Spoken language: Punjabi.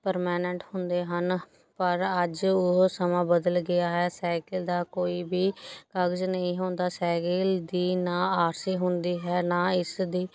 ਪਰਮੈਨਟ ਹੁੰਦੇ ਹਨ ਪਰ ਅੱਜ ਉਹ ਸਮਾਂ ਬਦਲ ਗਿਆ ਹੈ ਸਾਇਕਲ ਦਾ ਕੋਈ ਵੀ ਕਾਗਜ਼ ਨਹੀਂ ਹੁੰਦਾ ਸਾਇਕਲ ਦੀ ਨਾ ਆਰ ਸੀ ਹੁੰਦੀ ਹੈ ਨਾ ਇਸ ਦੀ